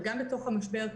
וגם בתוך המשבר,